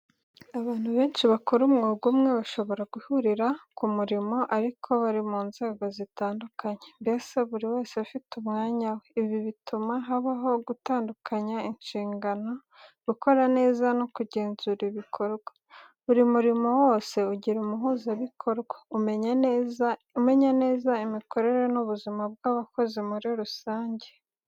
Abantu benshi bakora umwuga umwe, bashobora guhurira ku murimo ariko bari mu nzego zitandukanye, mbese buri wese afite umwanya we. Ibi bituma habaho gutandukanya inshingano, gukorana neza no kugenzura ibikorwa. Buri murimo wose ugira umuhuzabikorwa umenya neza imikorere n’ubuzima bw'abakozi muri rusange.